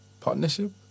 partnership